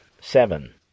seven